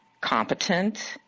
competent